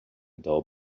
dull